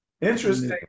Interesting